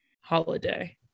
holiday